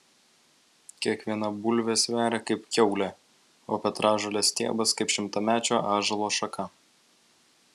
kiekviena bulvė sveria kaip kiaulė o petražolės stiebas kaip šimtamečio ąžuolo šaka